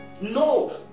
No